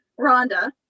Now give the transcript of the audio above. Rhonda